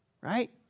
Right